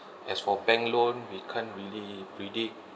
as for bank loan we can't really predict